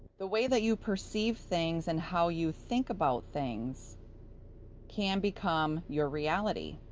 the way that you perceive things, and how you think about things can become your reality.